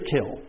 kill